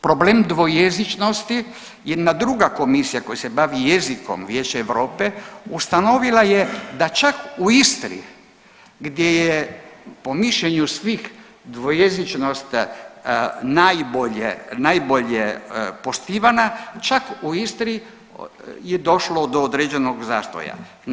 Problem dvojezičnosti jedna druga komisija koja se bavi jezikom, Vijeće Europe ustanovila je da čak u Istri gdje je po mišljenju svih dvojezičnost najbolje poštivana čak u Istri je došlo do određenog zastoja.